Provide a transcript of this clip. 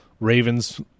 Ravens